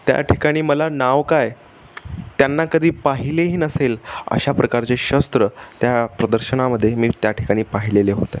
त्या ठिकाणी मला नाव काय त्यांना कधी पाहिलेही नसेल अशा प्रकारचे शस्त्र त्या प्रदर्शनामध्ये मी त्या ठिकाणी पाहिलेले होते